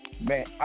Man